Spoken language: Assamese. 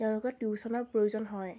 তেওঁলোকক টিউশ্যনৰ প্ৰয়োজন হয়